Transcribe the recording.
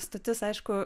stotis aišku